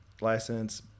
license